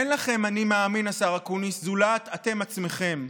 אין לכם אני מאמין, השר אקוניס, זולת אתם עצמכם.